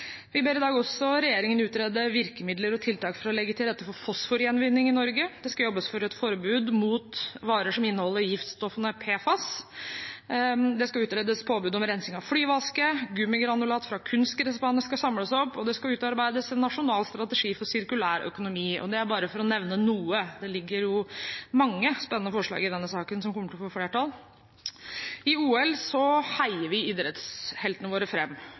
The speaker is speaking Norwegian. Vi ber i dag også regjeringen utrede virkemidler og tiltak for å legge til rette for fosforgjenvinning i Norge. Det skal jobbes for et forbud mot varer som inneholder giftstoffene PFAS, det skal utredes påbud om rensing av flyveaske, gummigranulat fra kunstgressbaner skal samles opp, og det skal utarbeides en nasjonal strategi for en sirkulærøkonomi – dette bare for å nevne noe. Det er jo mange spennende forslag i denne saken som kommer til å få flertall. I OL heier vi idrettsheltene våre